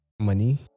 Money